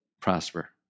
prosper